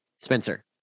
Spencer